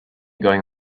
going